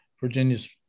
Virginia's